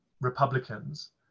Republicans